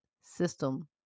system